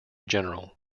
general